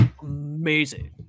amazing